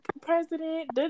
president